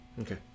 okay